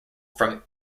from